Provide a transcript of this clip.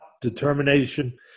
determination